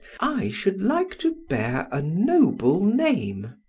i should like to bear a noble name.